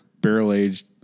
barrel-aged